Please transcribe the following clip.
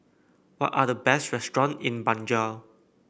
what are the best restaurants in Banjul